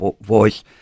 voice